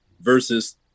versus